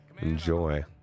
enjoy